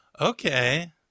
Okay